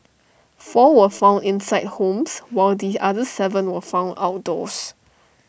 four were found inside homes while the other Seven were found outdoors